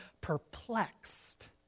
perplexed